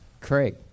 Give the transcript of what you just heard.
Craig